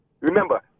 remember